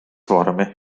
vormi